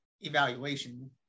evaluation